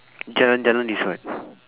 jalan jalan is what